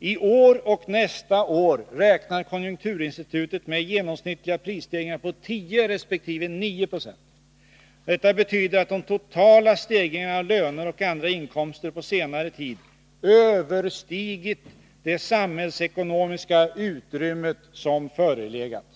I år och nästa år räknar konjunkturinstitutet med genomsnittliga prisstegringar på 10 resp. 9 26. Detta betyder att de totala stegringarna av löner och andra inkomster på senare tid överstigit det samhällsekonomiska utrymme som förelegat.